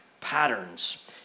patterns